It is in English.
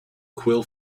quill